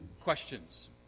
questions